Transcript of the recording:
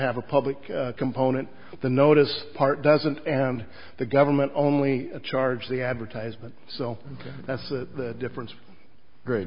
have a public component the notice part doesn't and the government only charge the advertisement so that's the difference